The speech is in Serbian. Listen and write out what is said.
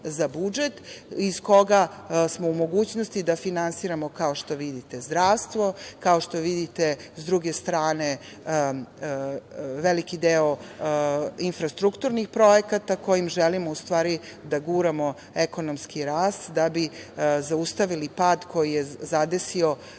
za budžet iz koga smo u mogućnosti da finansiramo, kao što vidite, zdravstvo. S druge strane, kao što vidite, veliki deo infrastrukturnih projekata kojim želimo, u stvari, da guramo ekonomski rast, da bi zaustavili pad koji je zadesio